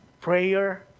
Prayer